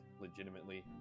legitimately